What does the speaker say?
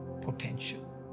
potential